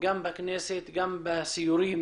גם בכנסת, גם בסיורים